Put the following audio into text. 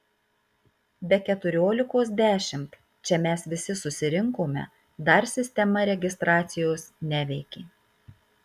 be keturiolikos dešimt čia mes visi susirinkome dar sistema registracijos neveikė